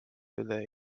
üle